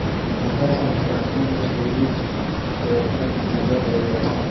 मकर संकरांति म सूरूज देवता के पूजा करे जाथे